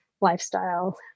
lifestyle